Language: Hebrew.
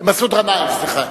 גנאים אמרת.